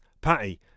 Patty